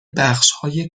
بخشهای